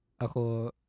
Ako